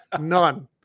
None